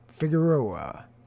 Figueroa